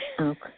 Okay